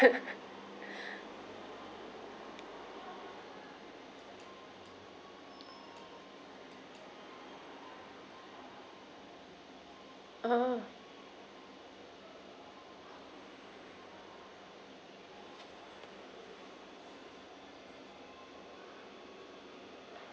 oh